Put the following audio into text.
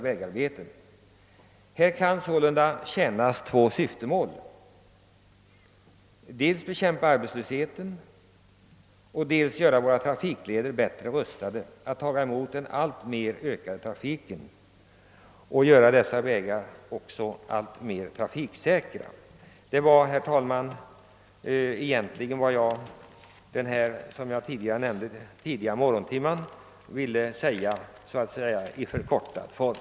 Här kan man sålunda tjäna två syften: dels bekämpar man arbetslösheten, dels gör man våra trafikleder bättre rustade att ta emot den alltmer ökande trafiken och gör dem ännu mer trafiksäkra. Herr talman! Detta var — på grund av den tidiga morgontimmen i något förkortad form — vad jag ville säga.